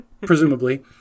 presumably